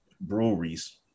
breweries